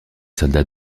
soldats